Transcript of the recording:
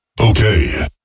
Okay